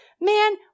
Man